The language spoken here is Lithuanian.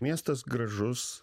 miestas gražus